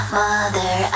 mother